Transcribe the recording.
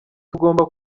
tugomba